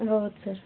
ಹೌದು ಸರ್